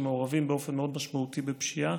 שמעורבים באופן מאוד משמעותי בפשיעה